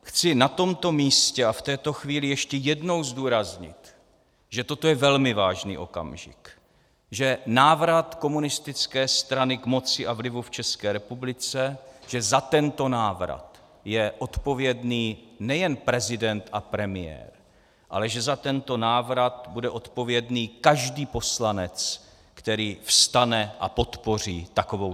Chci na tomto místě a v této chvíli ještě jednou zdůraznit, že toto je velmi vážný okamžik, že návrat komunistické strany k moci a vlivu v České republice, že za tento návrat je odpovědný nejen prezident a premiér, ale že za tento návrat bude odpovědný každý poslanec, který vstane a podpoří takovouto vládu.